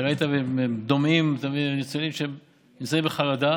ראית, הם דומעים, ניצולים שנמצאים בחרדה.